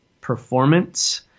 performance